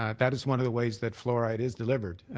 ah that is one of the ways that fluoride is delivered.